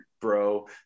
bro